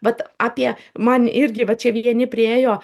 vat apie man irgi va čia vieni priėjo